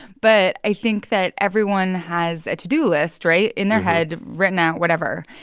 but i think that everyone has a to-do list right? in their head, written out whatever.